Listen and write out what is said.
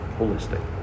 Holistic